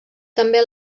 també